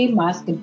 mask